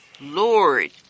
Lord